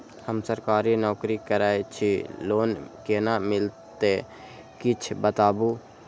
हम सरकारी नौकरी करै छी लोन केना मिलते कीछ बताबु?